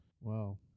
Wow